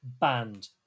banned